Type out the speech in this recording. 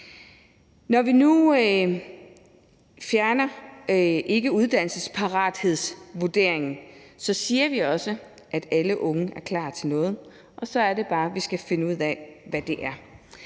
Når vi nu fjerner ikkeuddannelsesparathedsvurderingen, siger vi også, at alle unge er klar til noget, og så er det bare, at vi skal finde ud af, hvad det er.